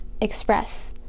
express